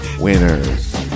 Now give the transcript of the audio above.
winners